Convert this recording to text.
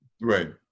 right